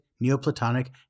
Neoplatonic